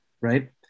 Right